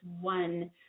one